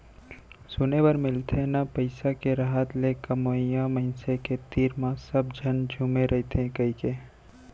सुने बर मिलथे ना पइसा के रहत ले कमवइया मनसे के तीर म सब झन झुमे रइथें कइके